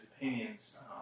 opinions